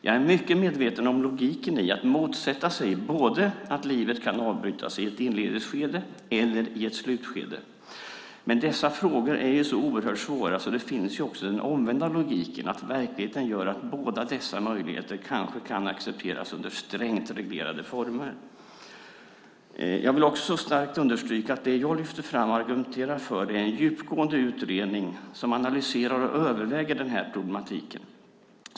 Jag är mycket medveten om logiken i att motsätta sig både att livet kan avbrytas i ett inledningsskede och att det kan avbrytas i ett slutskede. Men dessa frågor är så oerhört svåra att även den omvända logiken finns: att verkligheten gör att båda dessa möjligheter kanske kan accepteras under strängt reglerade former. Jag vill också starkt understryka att det jag lyfter fram och argumenterar för är en djupgående utredning som analyserar och överväger denna problematik.